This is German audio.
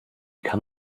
kann